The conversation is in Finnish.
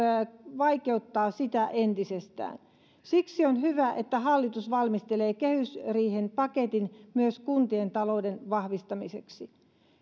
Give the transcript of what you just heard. vaikeuttaa sitä entisestään siksi on hyvä että hallitus valmistelee kehysriiheen paketin myös kuntien talouden vahvistamiseksi